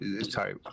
sorry